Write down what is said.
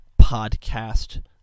podcast